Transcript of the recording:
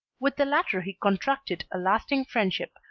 with the latter he contracted a lasting friendship,